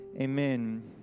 Amen